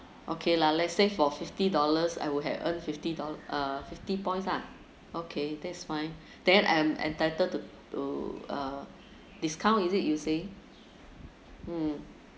okay lah let's say for fifty dollars I would have earn fifty dollars uh fifty points lah okay that's fine then I'm entitled to to uh discount is it you say